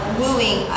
wooing